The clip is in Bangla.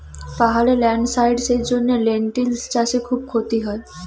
পাহাড়ে ল্যান্ডস্লাইডস্ এর জন্য লেনটিল্স চাষে খুব ক্ষতি হয়